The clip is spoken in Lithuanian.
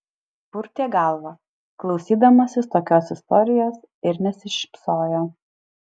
purtė galvą klausydamasis tokios istorijos ir nesišypsojo